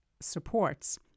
supports